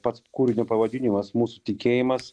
pats kūrinio pavadinimas mūsų tikėjimas